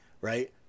right